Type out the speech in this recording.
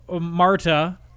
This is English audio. Marta